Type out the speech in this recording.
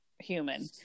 human